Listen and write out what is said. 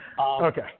Okay